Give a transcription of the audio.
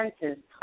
senses